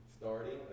starting